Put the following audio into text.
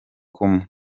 kumwe